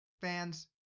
fans